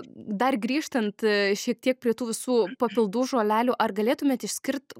dar grįžtant šiek tiek prie tų visų papildų žolelių ar galėtumėt išskirt